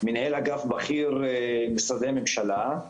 מנהל אגף בכיר למשרדי ממשלה.